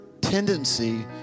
tendency